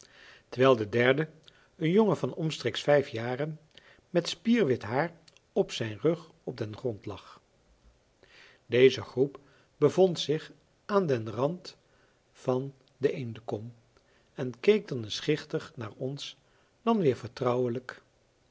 terwijl de derde een jongen van omstreeks vijf jaren met spierwit haar op zijn rug op den grond lag deze groep bevond zich aan den rand van de eendenkom en keek dan eens schichtig naar ons en dan weer vertrouwelijk